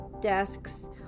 desks